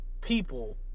people